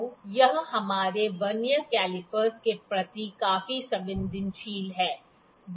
तो यह हमारे वर्नियर कैलीपर के प्रति काफी संवेदनशील है